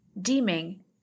deeming